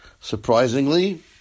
surprisingly